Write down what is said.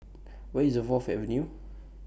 Where IS The Fourth Avenue